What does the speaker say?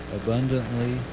abundantly